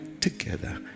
together